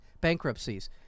bankruptcies